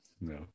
No